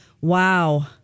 wow